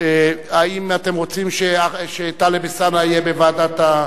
האם אתם רוצים שטלב אלסאנע יהיה בוועדת,